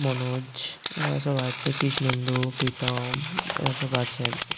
মনোজ এরা সব আছে কৃষ্ণেন্দু প্রীতম এরা সব আছে আর কি